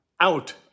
out